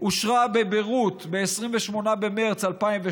שאושרה בבירות ב-28 במרס 2002,